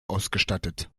ausgestattet